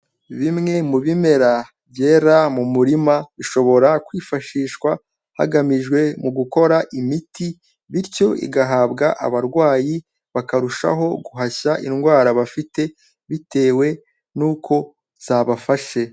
Bimwe mu bimera byera mu murima, bishobora kwifashishwa hagamijwe mu gukora imiti bityo igahabwa abarwayi, bakarushaho guhashya indwara bafite bitewe n'uko zabafashe.